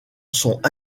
sont